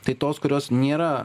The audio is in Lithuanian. tai tos kurios nėra